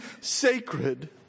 sacred